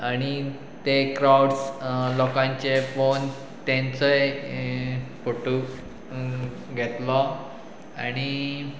आणी ते क्रावड्स लोकांचे पोवन तेंचोय फोटो घेतलो आनी